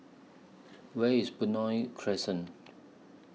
Where IS Benoi Crescent